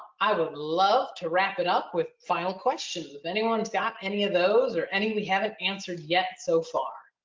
i would love to wrap it up with final questions if anyone's got any of those or any we haven't answered yet so far.